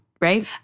right